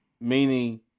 Meaning